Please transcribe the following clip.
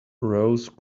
rose